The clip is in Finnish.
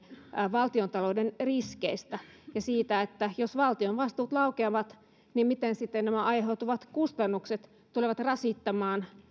valtiontalouden riskeistä ja siitä että jos valtion vastuut laukeavat niin miten sitten nämä aiheutuvat kustannukset tulevat rasittamaan